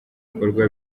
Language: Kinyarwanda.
bikorwa